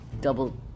double